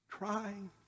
trying